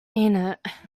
innit